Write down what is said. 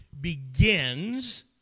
begins